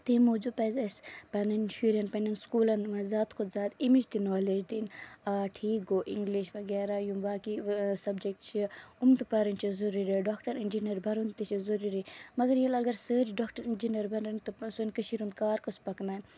تِمہِ موٗجوٗب پَزِ اَسہِ پَنٕنۍ شُرٮ۪ن پَنٕنٮ۪ن سکوٗلن منٛز زیادٕ کھۄتہٕ زیادٕ اَمِچ تہِ نالیج دِنۍ آ ٹھیٖک گوٚو اِنگلِش وغیرہ یِم باقی سَبجیکٹ چھِ یِم تہِ پَرٕنۍ چھِ ضروٗری ڈاکٹر اِنجِنر پَرُن تہِ چھُ ضروٗری مَگر ییٚلہِ اَگر سٲری ڈاکٹر اِنجینر بنَن تہٕ سون کٔشیٖر ہُند کار کُس پَکناوِ